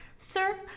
Sir